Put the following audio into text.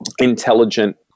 intelligent